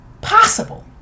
possible